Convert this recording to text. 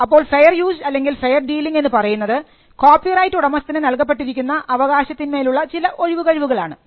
അപ്പോൾ fair use അല്ലെങ്കിൽ fair dealing എന്ന് പറയുന്നത് കോപ്പിറൈറ്റ് ഉടമസ്ഥന് നൽകപ്പെട്ടിരിക്കുന്ന അവകാശത്തിന്മേൽ ഉള്ള ചില ഒഴിവുകഴിവുകൾ ആണ്